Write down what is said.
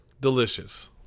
delicious